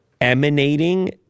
emanating